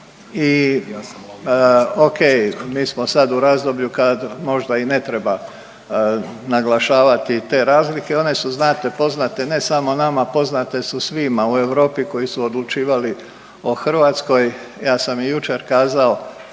i okej, mi smo sad u razdoblju kad možda i ne treba naglašavati te razlike, one su, znate, poznate samo nama, poznate su svima u Europi koji su odlučivali o Hrvatskoj. Ja sam i jučer kazao,